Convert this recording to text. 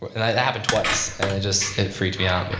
and that happened twice and it just, it freaked me out. but